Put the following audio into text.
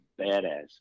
badass